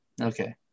Okay